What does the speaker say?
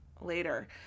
later